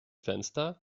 fenster